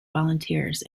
volunteers